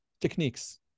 techniques